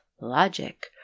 logic